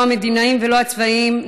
לא המדיניים ולא הצבאיים,